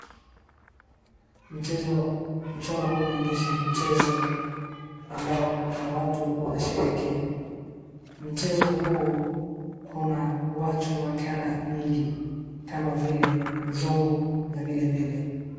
Mchoro huu unaonyesha mchezo ambao kuna watu wanasherehekea. Mchezo huu una watu wa color nyingi kama vile mzungu na vilevile.